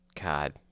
God